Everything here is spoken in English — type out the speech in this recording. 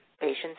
patients